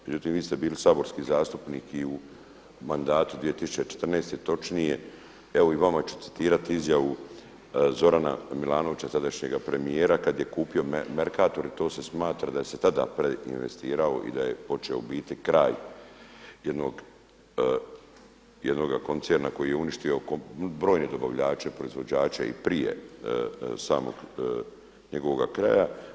Međutim, vi ste bili saborski zastupnik i u mandatu 2014. točnije evo i vama ću citirati izjavu Zorana Milanovića tadašnjega premijera kad je kupio Mercator i to se smatra da se tada preinvestirao i da je počeo u biti kraj jednoga koncerna koji je uništio brojne dobavljače, proizvođače i prije samog njegovoga kraja.